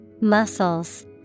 Muscles